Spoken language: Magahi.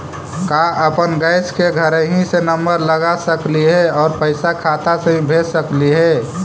का अपन गैस के घरही से नम्बर लगा सकली हे और पैसा खाता से ही भेज सकली हे?